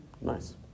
Nice